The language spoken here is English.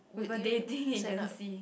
with a dating agency